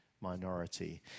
minority